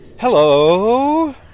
Hello